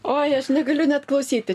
oi aš negaliu net klausyti